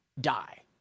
die